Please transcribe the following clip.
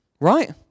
Right